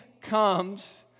comes